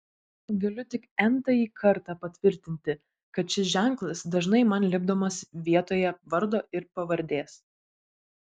galiu tik n tąjį kartą patvirtinti kad šis ženklas dažnai man lipdomas vietoje vardo ir pavardės